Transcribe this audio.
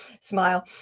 smile